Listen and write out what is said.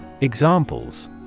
Examples